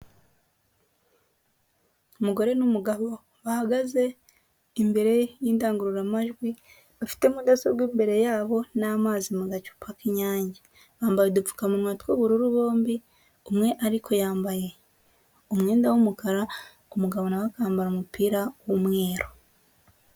Umugore n'umugabo bahagaze imbere y'indangururamajwi bafite mudasobwa imbere yabo n'amazi mu gacupa k'Inyange bambaye udupfukamunwa tw'ubururu bombi umwe ariko yambaye umwenda w'umukara umugabo na we akambara umupira w'umweru.